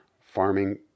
farming